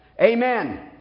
Amen